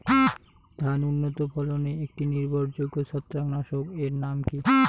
ধান উন্নত ফলনে একটি নির্ভরযোগ্য ছত্রাকনাশক এর নাম কি?